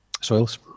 soils